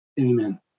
Amen